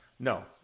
No